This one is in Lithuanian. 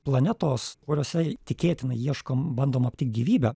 planetos kuriose tikėtina ieškom bandom aptikt gyvybę